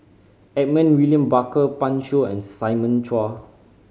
Edmund William Barker Pan Shou and Simon Chua